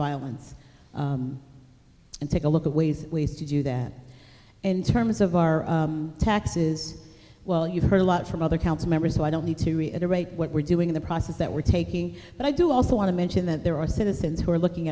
violence and take a look at ways ways to do that in terms of our taxes well you've heard a lot from other council members so i don't need to reiterate what we're doing in the process that we're taking but i do also want to mention that there are citizens who are looking